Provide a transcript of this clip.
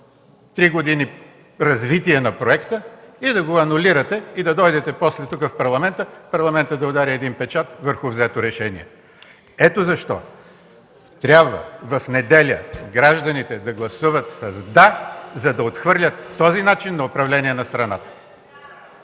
три години развитие на проекта, да го анулирате и да дойдете тук в парламента, парламентът да удари един печат върху взето решение. Ето защо в неделя гражданите трябва да гласуват с „да”, за да отхвърлят този начин на управление на обществото.